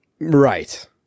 Right